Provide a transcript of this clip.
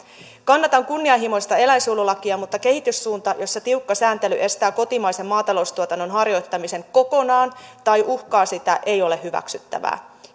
kannatan kunnianhimoista eläinsuojelulakia mutta kehityssuunta jossa tiukka sääntely estää kotimaisen maataloustuotannon harjoittamisen kokonaan tai uhkaa sitä ei ole hyväksyttävää